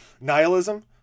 Nihilism